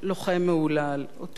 אותו מפקד מהולל,